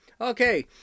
Okay